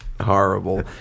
horrible